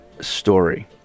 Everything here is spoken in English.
story